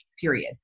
period